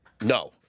No